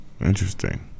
Interesting